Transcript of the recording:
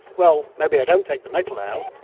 well, maybe i don't take the metal out.